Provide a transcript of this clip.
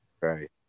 Right